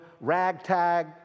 ragtag